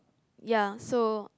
ya so